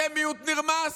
אתם מיעוט נרמס?